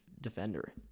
defender